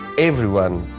everyone,